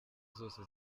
zose